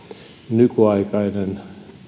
nykyaikainen